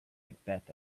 macbeth